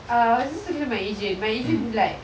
uh I was just talking to my agent my agent mm like